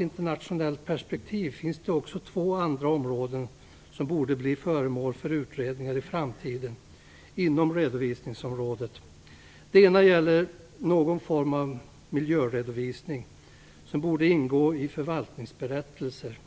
internationellt perspektiv finns det två andra områden som borde bli föremål för utredningar i framtiden inom redovisningsområdet. Det ena gäller att någon form av miljöredovisning borde ingå i förvaltningsberättelser.